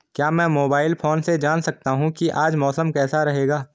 क्या मैं mobile phone से जान सकता हूँ कि आज मौसम कैसा रहेगा?